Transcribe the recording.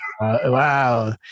wow